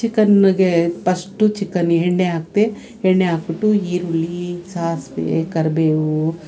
ಚಿಕನ್ಗೆ first ಚಿಕನಿಗೆ ಎಣ್ಣೆ ಹಾಕಿದೆ ಎಣ್ಣೆ ಹಾಕ್ಬಿಟ್ಟು ಈರುಳ್ಳಿ ಸಾಸಿವೆ ಕರಿಬೇವು